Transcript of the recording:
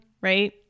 Right